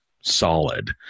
solid